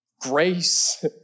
grace